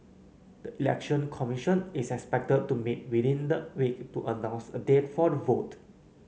the Election Commission is expected to meet within the week to announce a date for the vote